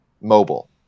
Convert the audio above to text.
mobile